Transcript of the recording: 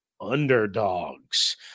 underdogs